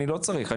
לא צריך,